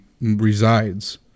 resides